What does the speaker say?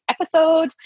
episode